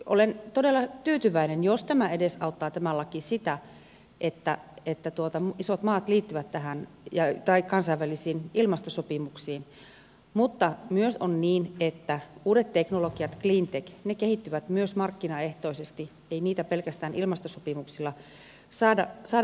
olen todella tyytyväinen jos tämä laki edesauttaa sitä että isot maat liittyvät kansainvälisiin ilmastosopimuksiin mutta myös on niin että uudet teknologiat cleantech kehittyvät myös markkinaehtoisesti ei niitä pelkästään ilmastosopimuksilla saada aikaan